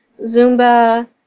Zumba